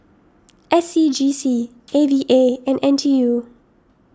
S C G C A V A and N T U